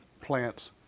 plants